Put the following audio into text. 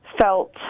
felt